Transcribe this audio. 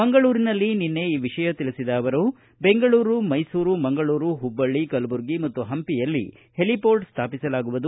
ಮಂಗಳೂರಿನಲ್ಲಿ ನಿನ್ನೆ ಈ ವಿಷಯ ತಿಳಿಸಿದ ಅವರು ಬೆಂಗಳೂರು ಮೈಸೂರು ಮಂಗಳೂರು ಮಬ್ಬಳ್ಳಿ ಕಲಬುರ್ಗಿ ಮತ್ತು ಪಂಪಿಯಲ್ಲಿ ಹೆಲಿಪೋರ್ಟ್ ಸ್ಟಾಪಿಸಲಾಗುವುದು